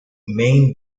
main